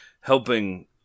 helping